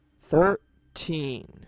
Thirteen